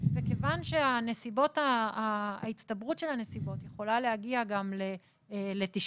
וכיוון שההצטברות של הנסיבות יכולה להגיע גם ל-90%